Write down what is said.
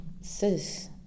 Sis